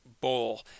bowl